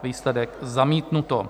Výsledek: zamítnuto.